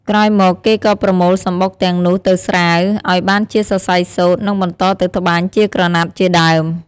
ក្រោយមកគេក៏ប្រមូលសំបុកទាំងនោះទៅស្រាវ ឱ្យបានជាសរសៃសូត្រ និងបន្តទៅត្បាញជាក្រណាត់ជាដើម។